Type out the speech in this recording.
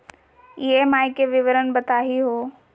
EMI के विवरण बताही हो?